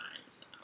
times